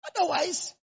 Otherwise